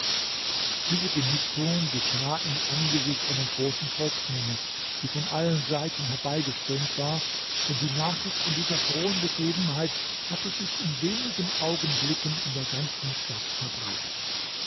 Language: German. diese genugtuung geschah im angesicht einer großen volksmenge die von allen seiten herbeigeströmt war denn die nachricht von dieser frohen begebenheit hatte sich in wenigen augenblicken in der ganzen stadt verbreitet